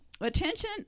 Attention